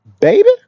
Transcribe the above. baby